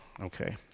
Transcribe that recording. Okay